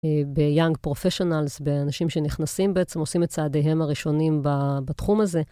ב-young professionals, באנשים שנכנסים בעצם, עושים את צעדיהם הראשונים ב.. בתחום הזה.